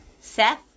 Seth